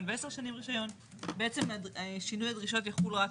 ו-10 שנים רישיון בעצם שינוי הדרישות יחול רק